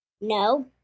No